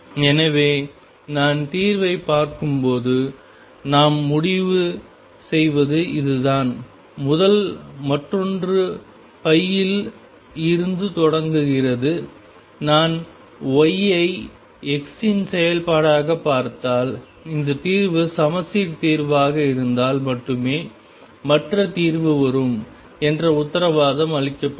எனவே நான் தீர்வைப் பார்க்கும்போது நாம் முடிவு செய்வது இதுதான் முதல் மற்றொன்று இல் இருந்து தொடங்குகிறது நான் y ஐ x இன் செயல்பாடாகப் பார்த்தால் இந்த தீர்வு சமச்சீர் தீர்வாக இருந்தால் மட்டுமே மற்ற தீர்வு வரும் என்று உத்தரவாதம் அளிக்கப்படுகிறது